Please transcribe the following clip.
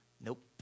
Nope